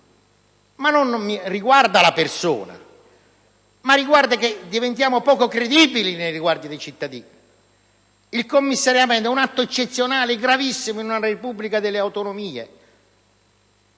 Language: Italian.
non riguarda la persona, ma si diventa poco credibili nei riguardi dei cittadini. Il commissariamento è un atto eccezionale e gravissimo nella Repubblica delle autonomie.